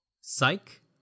Psych